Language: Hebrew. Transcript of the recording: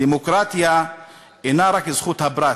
דמוקרטיה אינה רק זכות הפרט.